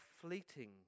fleeting